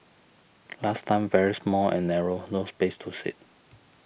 last time very small and narrow no space to sit